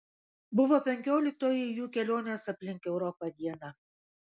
buvo penkioliktoji jų kelionės aplink europą diena